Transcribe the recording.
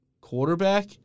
quarterback